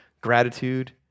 gratitude